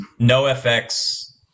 NoFX